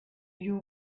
you